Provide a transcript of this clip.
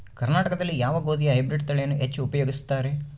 ಕರ್ನಾಟಕದಲ್ಲಿ ಯಾವ ಗೋಧಿಯ ಹೈಬ್ರಿಡ್ ತಳಿಯನ್ನು ಹೆಚ್ಚು ಉಪಯೋಗಿಸುತ್ತಾರೆ?